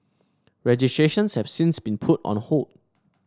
registrations have since been put on hold